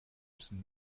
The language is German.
müssen